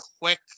quick